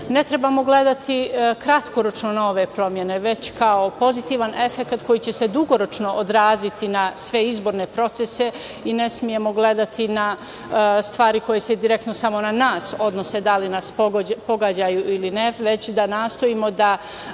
ne trebamo gledati kratkoročno na ove promene, već kao pozitivan efekat koji će se dugoročno odraziti na sve izborne procese i ne smemo gledati i na stvari koje se direktno samo na nas odnose, da li nas pogađaju ili ne, već da nastojimo da